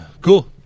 Cool